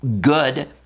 Good